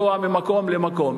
לנסוע ממקום למקום,